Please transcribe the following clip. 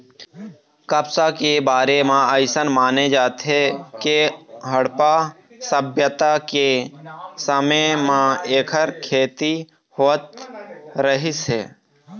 कपसा के बारे म अइसन माने जाथे के हड़प्पा सभ्यता के समे म एखर खेती होवत रहिस हे